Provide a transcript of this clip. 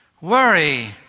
Worry